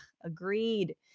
Agreed